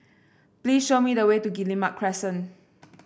please show me the way to Guillemard Crescent